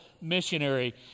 missionary